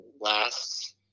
last